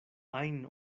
ajn